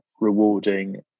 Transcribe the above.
rewarding